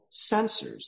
sensors